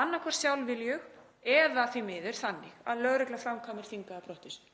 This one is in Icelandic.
annaðhvort sjálfviljug eða því miður þannig að lögregla framkvæmir þvingaða brottvísun,